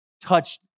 touched